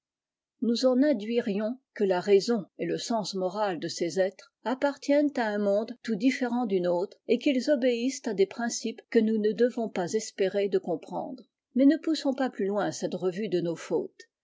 nous en induirions que la raison et le sens moral de ces êtres appartiennent à un monde tout différent du nôtre et qu'ils obéissent à des principes que nous ne devons pas espérer de comprendre mais ne poussons pas plus loin cette revue de nos fautes